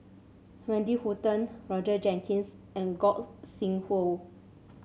Wendy Hutton Roger Jenkins and Gog Sing Hooi